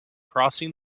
crossing